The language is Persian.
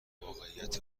واقعیت